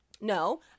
no